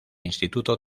instituto